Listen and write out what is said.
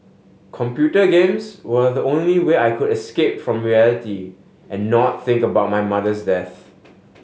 computer games were the only way I could escape from reality and not think about my mother's death